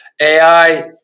AI